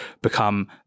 become